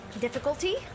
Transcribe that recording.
Difficulty